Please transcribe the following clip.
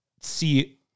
see